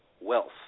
wealth